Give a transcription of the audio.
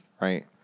right